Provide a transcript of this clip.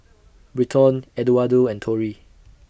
Britton Eduardo and Tori